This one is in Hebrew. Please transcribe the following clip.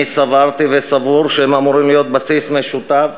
אני סברתי וסבור שהם אמורים להיות בסיס משותף